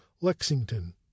Lexington